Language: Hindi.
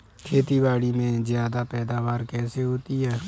खेतीबाड़ी में ज्यादा पैदावार कैसे होती है?